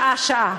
שעה-שעה.